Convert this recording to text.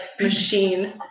machine